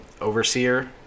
overseer